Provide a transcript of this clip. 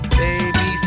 baby